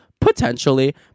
Potentially